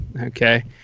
Okay